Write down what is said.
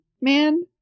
man